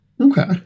Okay